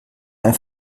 ein